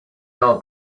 your